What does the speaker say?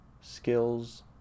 skills